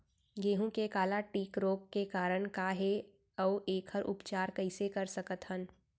गेहूँ के काला टिक रोग के कारण का हे अऊ एखर उपचार कइसे कर सकत हन?